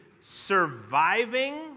surviving